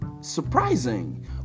surprising